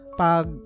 pag